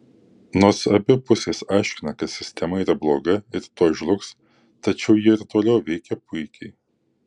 nors abi pusės aiškina kad sistema yra bloga ir tuoj žlugs tačiau ji ir toliau veikia puikiai